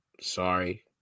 Sorry